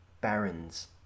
baron's